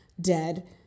dead